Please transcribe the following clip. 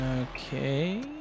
okay